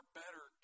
better